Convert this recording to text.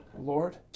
Lord